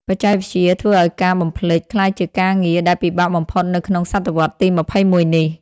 បច្ចេកវិទ្យាធ្វើឱ្យការ "បំភ្លេច" ក្លាយជាការងារដែលពិបាកបំផុតនៅក្នុងសតវត្សទី ២១ នេះ។